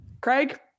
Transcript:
craig